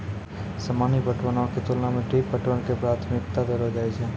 सामान्य पटवनो के तुलना मे ड्रिप पटवन के प्राथमिकता देलो जाय छै